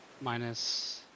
Minus